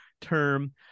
term